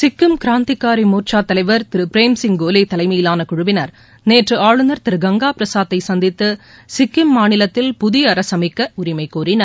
சிக்கிம் கிராந்திகாரி மோர்ச்சா தலைவர் திரு பிரேம்சிங் கோலே தலைமையிலான குழுவினர் நேற்று ஆளுநர் திரு கங்கா பிரசாத்தை சந்தித்து சிக்கிம் மாநிலத்தில் புதிய அரசு அமைக்க உரிமை கோரினர்